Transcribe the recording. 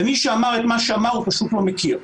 מי שאמר את מה שאמר פשוט לא מכיר.